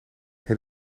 het